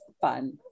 fun